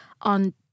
on